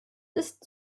ist